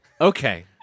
Okay